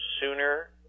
sooner